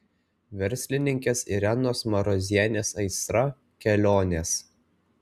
verslininkės irenos marozienės aistra kelionės